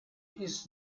ist